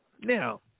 Now